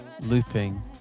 looping